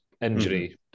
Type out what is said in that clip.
Injury